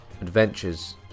adventures